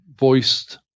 voiced